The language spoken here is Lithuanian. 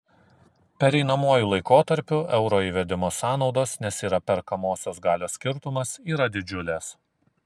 pereinamuoju laikotarpiu euro įvedimo sąnaudos nes yra perkamosios galios skirtumas yra didžiulės